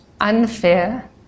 unfair